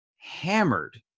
hammered